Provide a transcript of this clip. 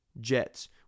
Jets